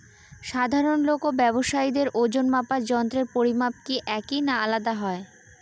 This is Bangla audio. সাধারণ লোক ও ব্যাবসায়ীদের ওজনমাপার যন্ত্রের পরিমাপ কি একই না আলাদা হয়?